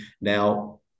Now